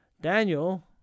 Daniel